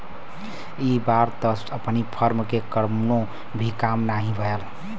इ बार त अपनी फर्म के कवनो भी काम नाही भयल